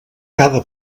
cada